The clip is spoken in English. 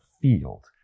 field